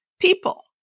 people